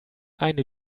eine